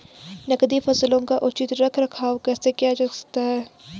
नकदी फसलों का उचित रख रखाव कैसे किया जा सकता है?